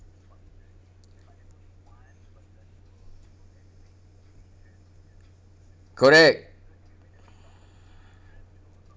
correct